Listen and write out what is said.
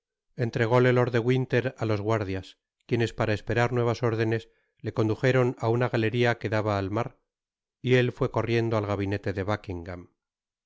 entrególe lord de winter á los guardias quienes para esperar nuevas órdenes le condujeron á una galeria que daba al mar y él fué corriendo al gabinete de buckingam